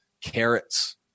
carrots